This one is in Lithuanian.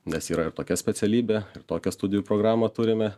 nes yra ir tokia specialybė ir tokią studijų programą turime